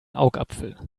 augapfel